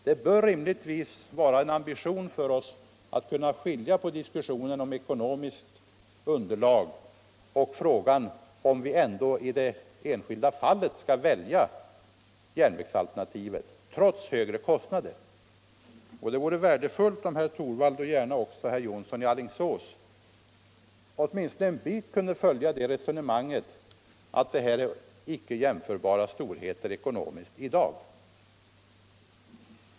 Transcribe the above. Det bör rimligtvis vara en ambition hos oss att skilja mellan diskussionen om ekonomiskt underlag och frågan om vi ändå i det enskilda fallet skall välja järnvägsalternativet trots dettas högre kostnader. Det vore värdefullt om herr Torwald och även herr Jonsson i Alingsås åtminstone en bit kunde följa resonemanget att det gäller i dag ekonomiskt icke jämförbara storheter.